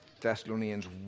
Thessalonians